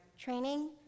Training